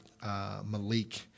Malik